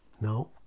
No